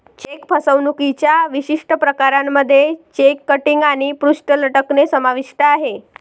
check फसवणुकीच्या विशिष्ट प्रकारांमध्ये चेक किटिंग आणि पृष्ठ लटकणे समाविष्ट आहे